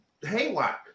haywire